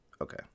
Okay